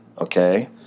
okay